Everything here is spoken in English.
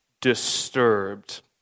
disturbed